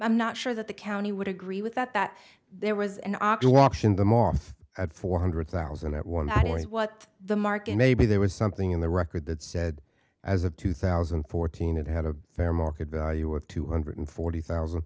i'm not sure that the county would agree with that that there was an optimal option the more at four hundred thousand at one point what the market may be there was something in the record that said as of two thousand and fourteen it had a fair market value of two hundred forty thousand